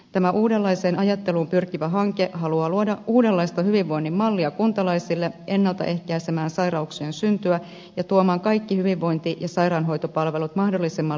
tämä uudenlaiseen ajatteluun pyrkivä hanke haluaa luoda uudenlaista hyvinvoinnin mallia kuntalaisille ennalta ehkäisemään sairauksien syntyä ja tuomaan kaikki hyvinvointi ja sairaanhoitopalvelut mahdollisimman lähelle kuntalaista